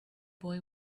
boy